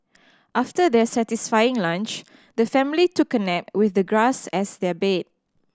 after their satisfying lunch the family took a nap with the grass as their bed